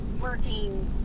working